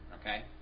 Okay